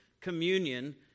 communion